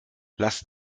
lass